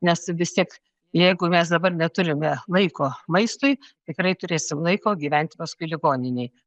nes vis tiek jeigu mes dabar neturime laiko maistui tikrai turėsim laiko gyventi paskui ligoninėj